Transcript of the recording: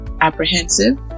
apprehensive